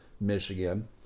Michigan